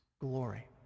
glory